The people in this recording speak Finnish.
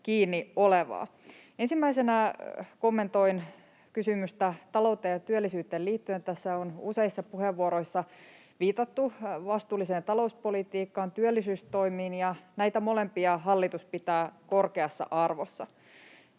kiinni olevaa. Ensimmäisenä kommentoin kysymystä talouteen ja työllisyyteen liittyen. Tässä on useissa puheenvuoroissa viitattu vastuulliseen talouspolitiikkaan ja työllisyystoimiin, ja näitä molempia hallitus pitää korkeassa arvossa.